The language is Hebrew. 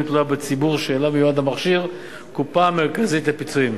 תלויה בציבור שאליו מיועד המכשיר "קופה מרכזית לפיצויים",